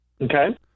Okay